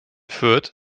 fürth